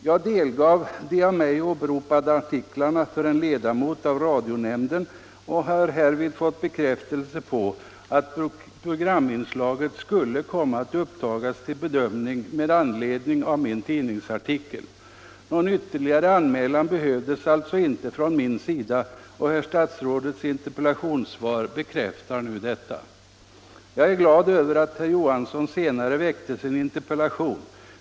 Jag har delgivit en ledamot av radionämnden de av mig åberopade artiklarna och har därvid fått bekräftelse på att programinslaget skulle komma att upptagas till bedömning med anledning av min tidningsartikel. Någon ytterligare anmälan behövdes alltså inte från min sida. Herr statsrådets interpellationssvar bekräftar nu detta. Jag är glad över att herr Johansson i Skärstad senare väckte sin interpellation.